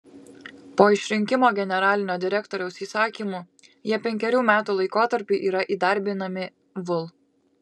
po išrinkimo generalinio direktoriaus įsakymu jie penkerių metų laikotarpiui yra įdarbinami vul